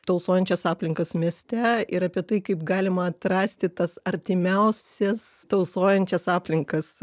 tausojančias aplinkas mieste ir apie tai kaip galima atrasti tas artimiausias tausojančias aplinkas